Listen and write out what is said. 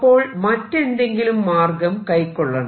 അപ്പോൾ മറ്റെന്തെങ്കിലും മാർഗം കൈക്കൊള്ളണം